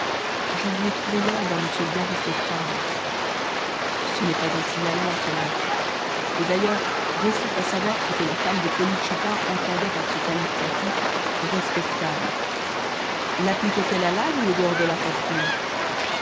je lui ai trouvé l'air d'un monsieur bien respectable ce n'est pas un signalement cela et d'ailleurs restait à savoir ce que la femme de polyte chupin entendait par ce qualificatif respectable lappliquait elle à l'âge ou aux dehors de la fortune